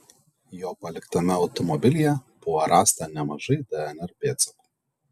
jo paliktame automobilyje buvo rasta nemažai dnr pėdsakų